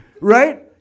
right